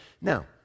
Now